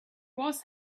was